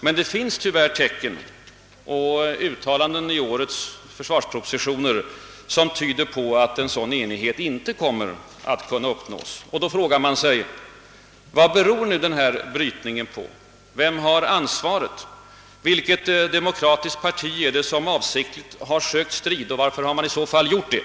Men det finns tyvärr i uttalandena i årets försvarspropositioner tecken som tyder på att en sådan enighet inte kommer att uppnås. Vad beror då denna brytning på? Vem har ansvaret för den? Vilket demokratiskt parti är det som avsiktligt har sökt strid, och varför har man i så fall gjort det?